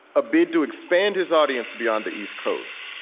a bid to expand his audience beyond the east coast,